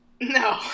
No